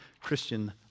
Christian